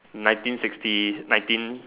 nineteen sixty nineteen